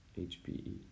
HPE